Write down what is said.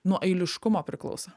nuo eiliškumo priklauso